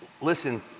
listen